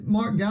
Mark